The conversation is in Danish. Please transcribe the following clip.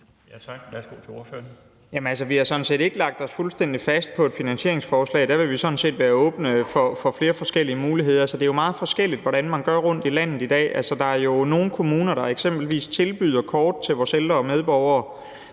Tak. Værsgo til ordføreren. Kl. 17:47 Nick Zimmermann (DF): Vi har sådan set ikke lagt os fuldstændig fast på et finansieringsforslag. Der vil vi være åbne for flere forskellige muligheder. Så det er jo meget forskelligt, hvordan man gør rundt i landet i dag. Der er jo nogle kommuner, der eksempelvis tilbyder kort til vores ældre medborgere,